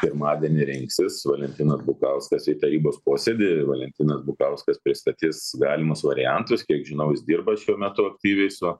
pirmadienį rinksis valentinas bukauskas į tarybos posėdį valentinas bukauskas pristatys galimus variantus kiek žinau jis dirba šiuo metu aktyviai su